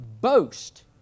boast